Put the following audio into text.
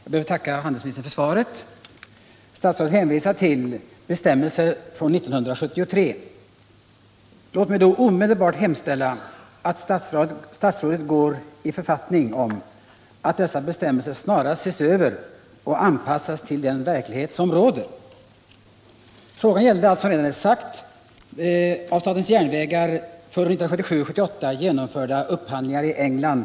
Herr talman! Jag ber att få tacka handelsministern för svaret. Statsrådet hänvisar till bestämmelser från 1973. Låt mig då omedelbart hemställa att statsrådet går i författning om att dessa bestämmelser snarast ses över och anpassas till den verklighet som råder. Frågan gällde alltså, som redan är sagt, av statens järnvägar för 1977-1978 genomförda upphandlingar i England